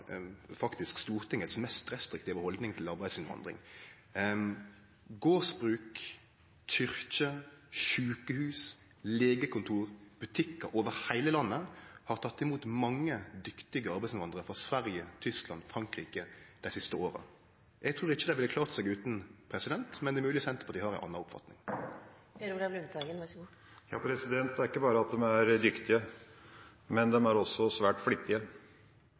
faktisk mest restriktive haldninga til arbeidsinnvandring i Stortinget. Gardsbruk, kyrkjer, sjukehus, legekontor og butikkar over heile landet har teke imot mange dyktige arbeidsinnvandrarar frå Sverige, Tyskland og Frankrike dei siste åra. Eg trur ikkje dei ville klart seg utan, men det er mogleg Senterpartiet har ei anna oppfatning. Det er ikke bare at de er dyktige, de er også svært flittige.